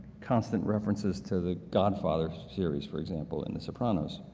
constant references to the godfather series for example in the sopranos